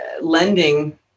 Lending